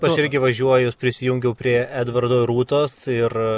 aš irgi važiuoju prisijungiau prie edvardo ir rūtos ir